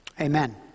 Amen